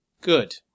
Good